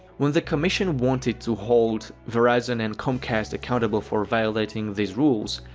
when the commission wanted to hold verizon and comcast accountable for violating these rules,